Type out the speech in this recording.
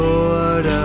Lord